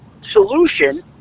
solution